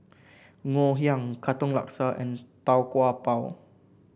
Ngoh Hiang Katong Laksa and Tau Kwa Pau